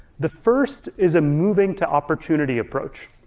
the first is a moving to opportunity approach.